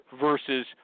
versus